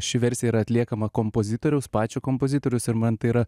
ši versija yra atliekama kompozitoriaus pačio kompozitorius ir man tai yra